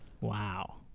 Wow